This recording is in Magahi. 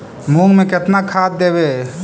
मुंग में केतना खाद देवे?